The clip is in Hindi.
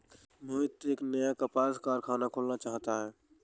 मोहित एक नया कपास कारख़ाना खोलना चाहता है